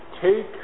Take